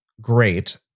great